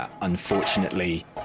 Unfortunately